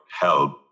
help